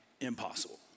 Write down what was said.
impossible